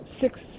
six